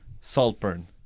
Saltburn